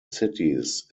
cities